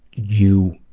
you,